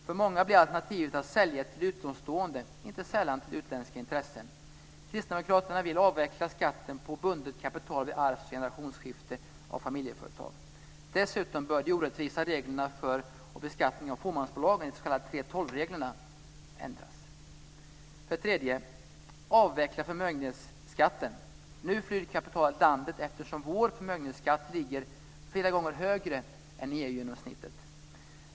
För många blir alternativet att sälja till utomstående, inte sällan till utländska intressen. Kristdemokraterna vill avveckla skatten på bundet kapital vid arvs och generationsskiften av familjeföretag. Dessutom bör de orättvisa reglerna för och beskattningen av fåmansbolagen, de s.k. 3:12-reglerna ändras. För det fjärde: Avveckla förmögenhetsskatten. Nu flyr kapitalet landet, eftersom vår förmögenhetsskatt är flera gånger högre än EU-genomsnittet.